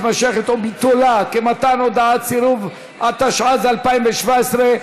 3), התשע"ז 2017,